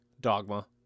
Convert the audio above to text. Dogma